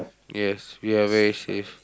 yes we are very safe